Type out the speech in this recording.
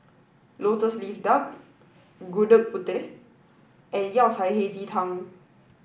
Lotus Leaf Duck Gudeg Putih and Yao Cai Hei Ji Tang